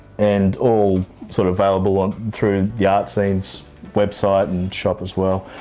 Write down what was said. and all sort of available um through the art scene's website and shop as well.